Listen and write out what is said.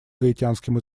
гаитянским